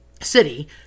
city